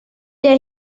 der